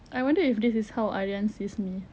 I wonder if this is how aryan sees me